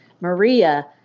Maria